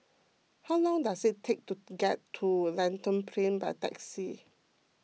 how long does it take to get to Lentor Plain by taxi